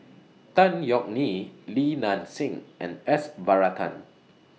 Tan Yeok Nee Li Nanxing and S Varathan